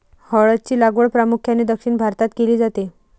हळद ची लागवड प्रामुख्याने दक्षिण भारतात केली जाते